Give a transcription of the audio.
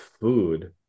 food